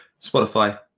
Spotify